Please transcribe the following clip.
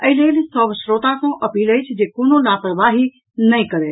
एहि लेल सभ श्रोता सॅ अपील अछि जे कोनो लापरवाही नहि करथि